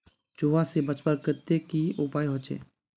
चूहा से बचवार केते की उपाय होचे?